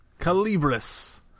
Calibris